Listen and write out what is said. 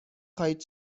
خواهید